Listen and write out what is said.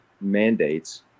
mandates